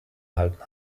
erhalten